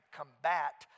combat